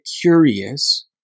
curious